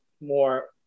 more